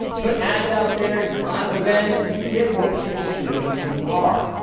put ads out there, do a lot of events, and you can get more people to know who you are.